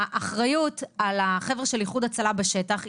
האחריות על החבר'ה של איחוד הצלה בשטח,